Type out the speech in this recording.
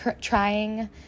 trying